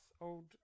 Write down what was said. old